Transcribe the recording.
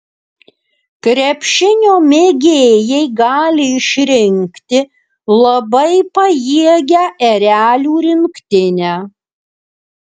krepšinio mėgėjai gali išrinkti labai pajėgią erelių rinktinę